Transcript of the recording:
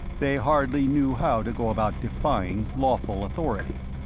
they hardly knew how to go about defying lawful authority.